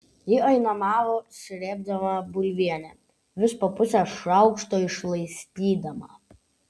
ji aimanavo srėbdama bulvienę vis po pusę šaukšto išlaistydama